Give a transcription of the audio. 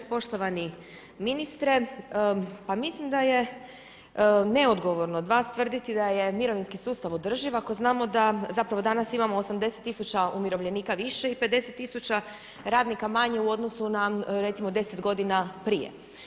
Poštovani ministre, pa mislim da je neodgovorno od vas tvrditi da je mirovinski sustav održiv ako znamo da, zapravo danas imamo 80 000 umirovljenika više i 50 000 radnika manje u odnosu na recimo 10 godina prije.